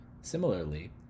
Similarly